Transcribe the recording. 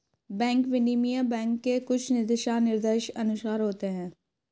bank विनिमय bank के कुछ दिशानिर्देशों के अनुसार होता है